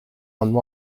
one